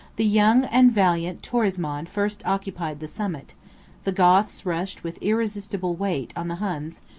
the young and valiant torismond first occupied the summit the goths rushed with irresistible weight on the huns,